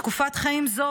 בתקופת חיים זו,